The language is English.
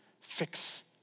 fix